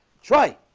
try